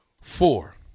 four